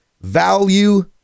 value